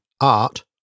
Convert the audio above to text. art